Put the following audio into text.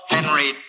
Henry